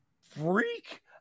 freak